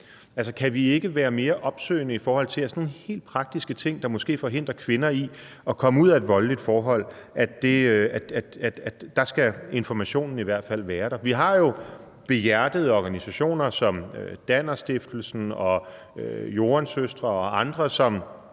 kan vi ikke være mere opsøgende i forhold til sådan nogle helt praktiske ting, der måske forhindrer kvinder i at komme ud af et voldeligt forhold, og at informationen i hvert fald skal være der? Vi har jo behjertede organisationer som Danner og Joan-Søstrene og andre, som